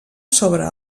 sobre